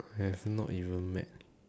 have not even met